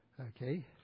Okay